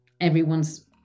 everyone's